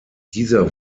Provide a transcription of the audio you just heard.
dieser